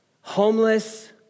homeless